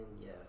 yes